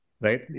right